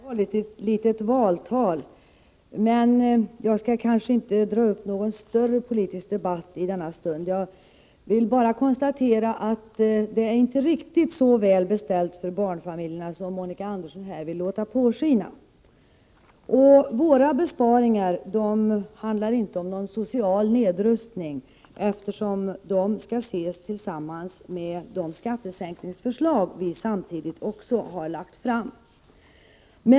Herr talman! Monica Andersson har nu hållit ett litet valtal, men jag skall ändå inte gå in på någon större politisk debatt i denna stund. Jag vill bara konstatera att det inte är riktigt så väl beställt för barnfamiljerna som Monica Andersson vill låta påskina. Våra besparingar innebär inte någon social nedrustning, eftersom de skall ses tillsammans med de skattesänkningsförslag vi samtidigt har lagt fram.